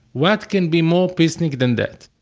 what can be more peacenik than that?